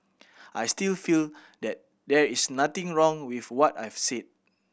I still feel that there is nothing wrong with what I've said